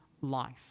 life